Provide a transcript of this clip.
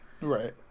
Right